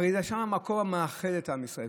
הרי שם זה המקום המאחד את עם ישראל.